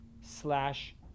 slash